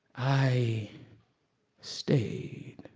i stayed